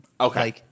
Okay